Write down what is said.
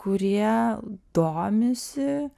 kurie domisi